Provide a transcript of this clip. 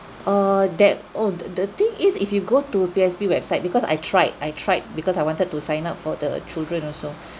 err that oh the the thing is if you go to P_O_S_B website because I tried I tried because I wanted to sign up for the children also